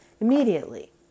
immediately